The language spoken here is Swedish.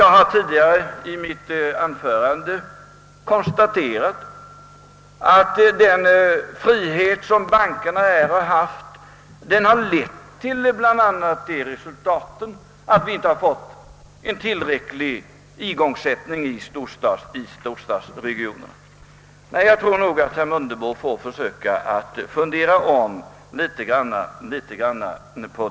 Jag har i tidigare anföranden konstaterat att den frihet som bankerna haft lett till bl.a. det resultatet, att vi inte fått en tillräcklig igångsättning i storstadsregionerna. Nej, jag tror nog att herr Mundebo får försöka tänka om på denna punkt.